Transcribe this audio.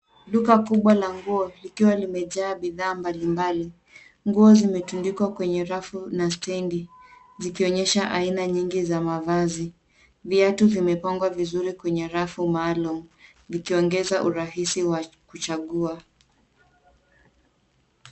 Duka kubwa la nguo likiwa limejaa bidhaa mbalimbali. Nguo zimetundikwa kwenye rafu na stendi zikionyesha aina nyingi za mavazi. Viatu vimepangwa vizuri kwenye rafu maalum vikiongeza urahisi wa kuchagua.